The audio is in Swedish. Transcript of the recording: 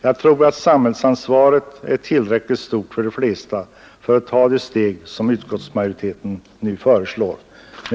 Jag tror att samhällsansvaret är tillräckligt stort för de flesta för att man skall kunna ta det steg som utskottsmajoriteten nu föreslår.